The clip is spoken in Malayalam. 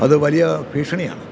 അത് വലിയ ഭീഷണിയാണ്